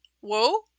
whoa